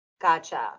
Gotcha